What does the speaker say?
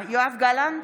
יואב גלנט,